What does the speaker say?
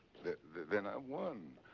then, i won.